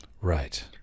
Right